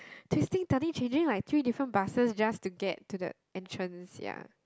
twisting turning changing like three different buses just to get to the entrance ya